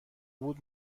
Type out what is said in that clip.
بود